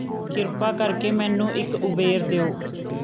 ਕਿਰਪਾ ਕਰਕੇ ਮੈਨੂੰ ਇੱਕ ਉਬੇਰ ਦਿਉ